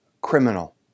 criminal